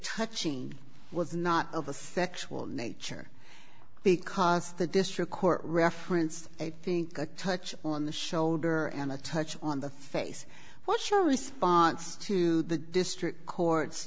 touching was not of a sexual nature because the district court referenced i think a touch on the shoulder and a touch on the face what's your response to the district court